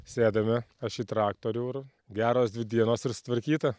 sėdame aš į traktorių ir geros dvi dienos ir sutvarkyta